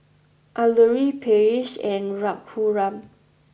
Alluri Peyush and Raghuram